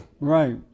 Right